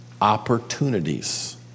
opportunities